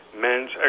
men's